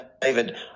David